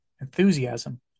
enthusiasm